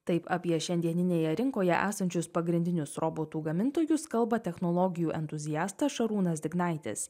taip apie šiandieninėje rinkoje esančius pagrindinius robotų gamintojus kalba technologijų entuziastas šarūnas dignaitis